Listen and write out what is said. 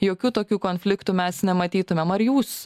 jokių tokių konfliktų mes nematytumėm ar jūs